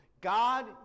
God